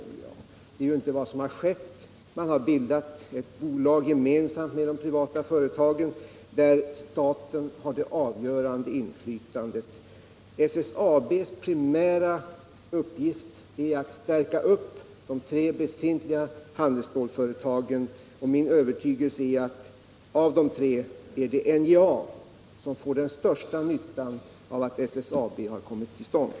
Detta är ju inte vad som har skett, utan man har bildat ett bolag gemensamt med de privata företagen, där staten har det avgörande inflytandet. SSAB:s primära uppgift är att stärka de tre befintliga handelsstålsföretagen. Min övertygelse är att av de tre företagen är det NJA som får den största nyttan av att SSAB har kommit till stånd.